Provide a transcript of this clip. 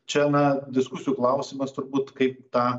čia na diskusijų klausimas turbūt kaip tą